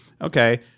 okay